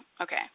Okay